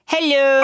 Hello